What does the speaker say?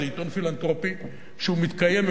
זה עיתון פילנתרופי שמתקיים,